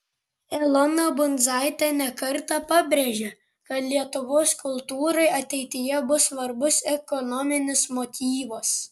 elona bundzaitė ne kartą pabrėžė kad lietuvos kultūrai ateityje bus svarbus ekonominis motyvas